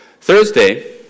Thursday